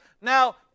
Now